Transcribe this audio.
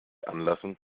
anlassen